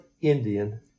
Indian